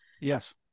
Yes